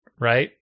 Right